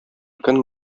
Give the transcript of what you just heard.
көн